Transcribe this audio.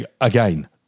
again